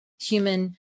human